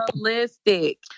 realistic